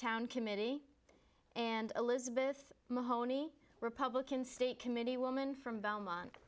town committee and elizabeth mahoney republican state committee woman from